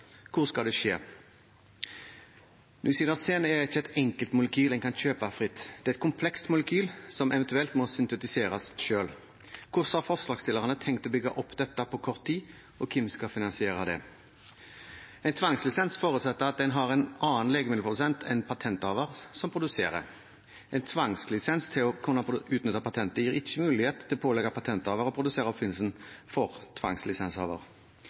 Hvor skal det skje? Nusinersen er ikke et enkelt molekyl en kan kjøpe fritt. Det er et komplekst molekyl som en eventuelt må syntetisere selv. Hvordan har forslagsstillerne tenkt å bygge opp dette på kort tid, og hvem skal finansiere det? En tvangslisens forutsetter at en har en annen legemiddelprodusent enn patenthaveren som produserer. En tvangslisens til å kunne utnytte patentet gir ikke mulighet til å pålegge patenthaveren å produsere oppfinnelsen for